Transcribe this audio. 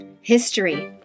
History